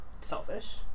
selfish